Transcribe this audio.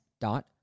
dot